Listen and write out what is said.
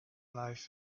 life